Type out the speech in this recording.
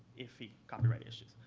iffy copyright issues.